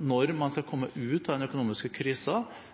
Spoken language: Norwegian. Når man skal komme ut av den økonomiske